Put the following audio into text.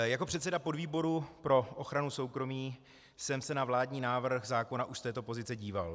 Jako předseda podvýboru pro ochranu soukromí jsem se na vládní návrh zákona už z této pozice díval.